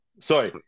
Sorry